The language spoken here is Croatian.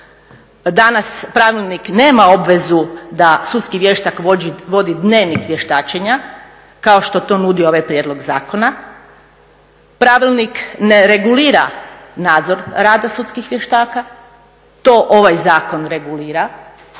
Danas pravilnik nema obvezu da sudski vještak vodi dnevnik vještačenja kao što to nudi prijedlog zakona. Pravilnik ne regulira nadzor rada sudskih vještaka. To ovaj zakon regulira